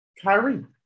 Kyrie